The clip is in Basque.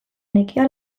nekea